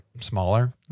smaller